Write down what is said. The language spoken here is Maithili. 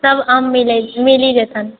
सब आम मिलै मिली जेतौ